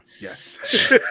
yes